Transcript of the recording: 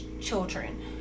children